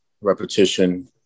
repetition